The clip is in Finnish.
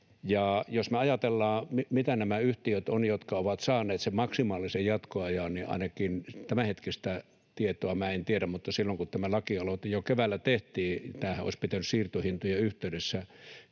Jos me ajatellaan, mitä nämä yhtiöt ovat, jotka ovat saaneet sen maksimaalisen jatkoajan, niin tämänhetkistä tietoa minä en tiedä, mutta silloinhan, kun tämä lakialoite jo keväällä tehtiin, tämä lakihanke olisi pitänyt siirtohintojen yhteydessä